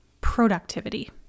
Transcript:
productivity